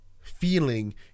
feeling